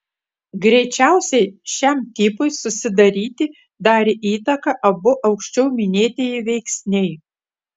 greičiausiai šiam tipui susidaryti darė įtaką abu aukščiau minėtieji veiksniai